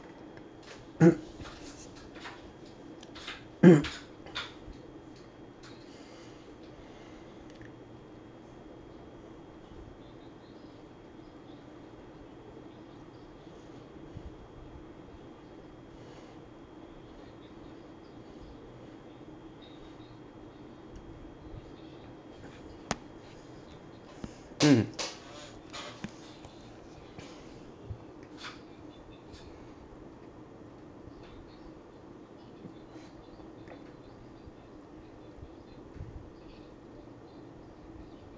mm